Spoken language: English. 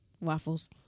Waffles